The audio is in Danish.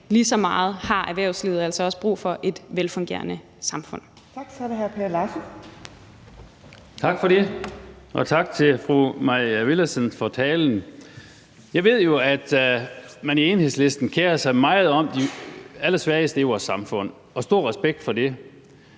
så er det hr. Per Larsen. Kl. 14:31 Per Larsen (KF): Tak for det, og tak til fru Mai Villadsen for talen. Jeg ved jo, at man i Enhedslisten kerer sig meget om de allersvageste i vores samfund, og stor respekt for det.